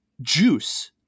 juice